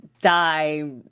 die